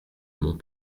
mont